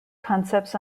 concepts